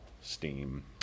STEAM